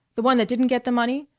the one that didn't get the money,